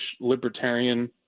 libertarian